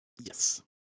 yes